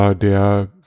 der